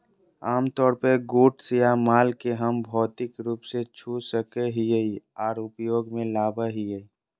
आमतौर पर गुड्स या माल के हम भौतिक रूप से छू सको हियै आर उपयोग मे लाबो हय